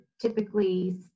typically